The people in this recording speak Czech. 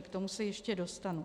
K tomu se ještě dostanu.